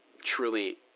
truly